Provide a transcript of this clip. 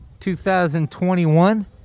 2021